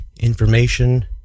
information